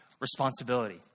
responsibility